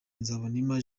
nzabonimpa